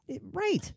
Right